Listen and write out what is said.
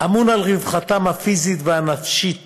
אמון על רווחתם הפיזית והנפשית